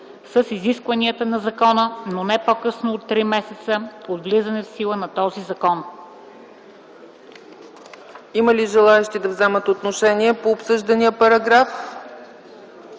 с изискванията на закона, но не по-късно от три месеца от влизането в сила на този закон.”